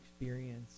experience